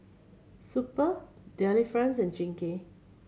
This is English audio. Super Delifrance and Chingay